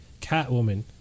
Catwoman